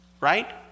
right